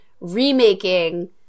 remaking